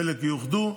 חלק יאוחדו.